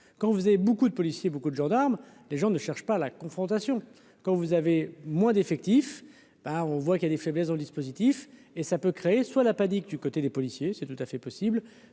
quand vous avez beaucoup de policiers, beaucoup de gendarmes, les gens ne cherche pas la confrontation, quand vous avez moins d'effectifs, bah on voit qu'il y a des faiblesses dans le dispositif et ça peut créer soit la panique du côté des policiers, c'est tout à fait possible